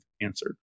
answered